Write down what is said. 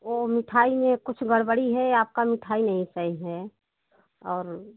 वह मिठाई में कुछ गड़बड़ी है आपका मिठाई नहीं सही है और